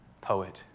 poet